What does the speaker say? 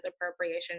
appropriation